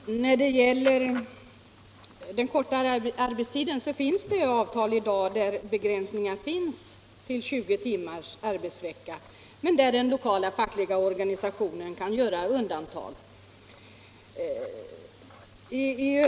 Herr talman! När det gäller den förkortade arbetstiden finns det i dag én avtal innebärande begränsningar ned till 20 timmars arbetsvecka, från vilka den lokala fackliga organisationen kan göra undantag.